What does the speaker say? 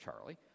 Charlie